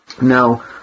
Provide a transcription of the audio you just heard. Now